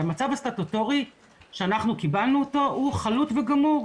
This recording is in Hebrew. המצב הסטטוטורי שאנחנו קיבלנו אותו חלוט וגמור.